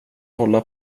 hålla